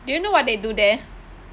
do you know what they do there